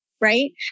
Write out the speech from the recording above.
right